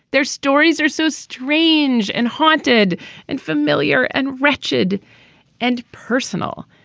their stories are so strange and haunted and familiar and wretched and personal.